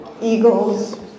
Eagles